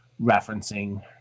referencing